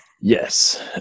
Yes